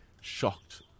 shocked